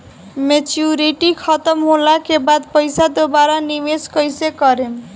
Maturity खतम होला के बाद पईसा दोबारा निवेश कइसे करेम?